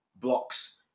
blocks